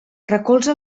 recolza